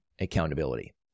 accountability